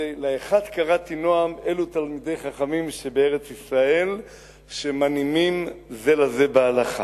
"'לאחד קראתי נעם' אלה תלמידי חכמים שבארץ-ישראל שמנעימים זה לה בהלכה".